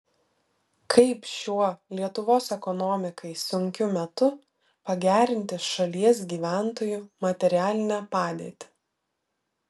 kaip šiuo lietuvos ekonomikai sunkiu metu pagerinti šalies gyventojų materialinę padėtį